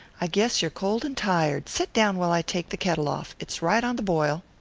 i guess you're cold and tired. set down while i take the kettle off it's right on the boil.